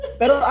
pero